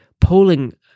polling